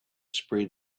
spread